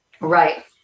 Right